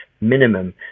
minimum